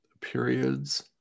periods